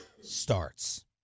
starts